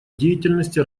деятельности